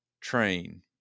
train